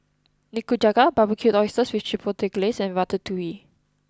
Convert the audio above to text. Nikujaga Barbecued Oysters Chipotle Glaze and Ratatouille